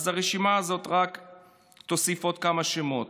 היא רק תוסיף עוד כמה שמות